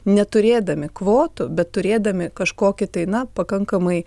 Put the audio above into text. neturėdami kvotų bet turėdami kažkokį tai na pakankamai